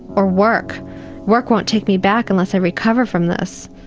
or work work won't take me back unless i recover from this.